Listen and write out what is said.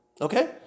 Okay